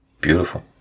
beautiful